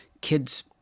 kids